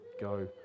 go